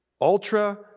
ultra